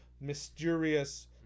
mysterious